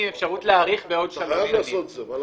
עם אפשרות להאריך בעוד שלוש שנים.